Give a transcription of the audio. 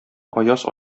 аяз